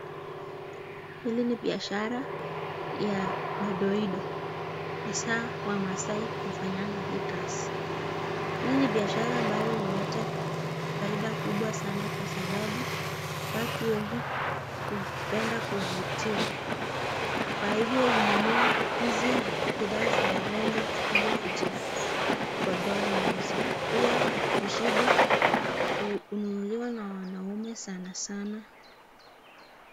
Hili ni biashara ya madoido. Hasa wamaasai hufanyaga hili kazi. Hili ni biashara ambayo inaleta faida kubwa sanaa ili kwa sababu watu wengi hupenda kuvutia. Kwa hivo hununua hizi bidhaa za urembo ilikujipodoa nazo. Pia mishipi hununuliwa na wanaume sanaa.